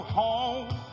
home